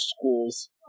schools